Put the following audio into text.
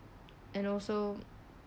and also